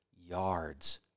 yards